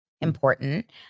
important